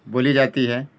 بولی جاتی ہے